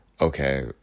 okay